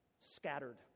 scattered